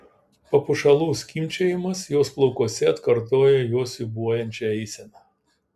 papuošalų skimbčiojimas jos plaukuose atkartojo jos siūbuojančią eiseną